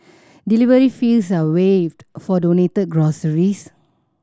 delivery fees are waived for donated groceries